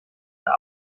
der